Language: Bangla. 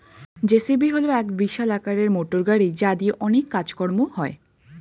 জে.সি.বি হল এক বিশাল আকারের মোটরগাড়ি যা দিয়ে অনেক কাজ কর্ম হয়